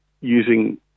using